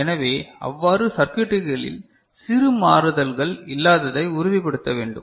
எனவே அவ்வாறு சர்க்யூட்டுகளில் சிறு மாறுதல்கள் இல்லாததை உறுதிப்படுத்த வேண்டும்